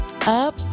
up